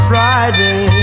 Friday